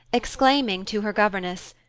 exclaiming to her governess,